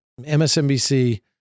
MSNBC